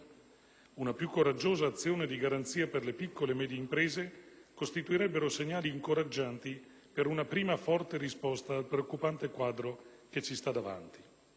una più coraggiosa azione di garanzia per le piccole e medie imprese costituirebbero segnali incoraggianti per una prima, forte risposta al preoccupante quadro che ci sta davanti.